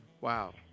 Wow